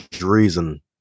reason